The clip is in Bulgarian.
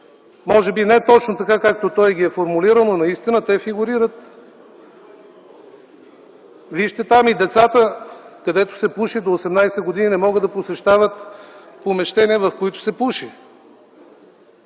Може би не точно така, както той ги е формулирал, но наистина те фигурират. Вижте там – и децата до 18 години не могат да посещават помещения, в които се пуши.